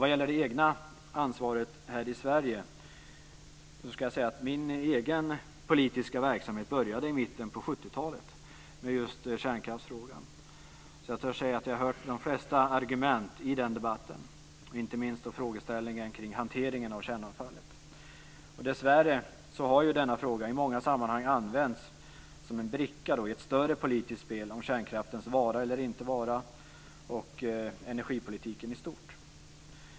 Vad gäller det egna ansvaret här i Sverige ska jag säga att min egen politiska verksamhet började i mitten på 70-talet med just kärnkraftsfrågan, så jag törs säga att jag har hört de flesta argument i den debatten, inte minst frågeställningen om hanteringen av kärnavfallet. Dessvärre har denna fråga i många sammanhang använts som en bricka i ett större politiskt spel om kärnkraftens vara eller inte vara och om energipolitiken i stort.